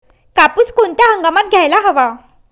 कापूस कोणत्या हंगामात घ्यायला हवा?